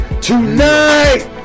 tonight